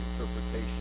interpretation